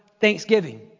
thanksgiving